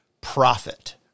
profit